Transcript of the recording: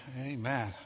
Amen